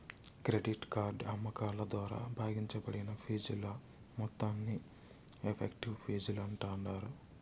credit card అమ్మకాల ద్వారా భాగించబడిన ఫీజుల మొత్తాన్ని ఎఫెక్టివ్ ఫీజులు అంటాండారు